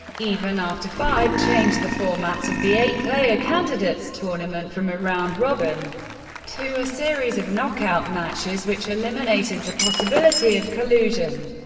even after fide changed the format of the eight-player candidates tournament from a round-robin to a series of knockout matches, which eliminated the possibility of collusion.